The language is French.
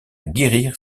guérir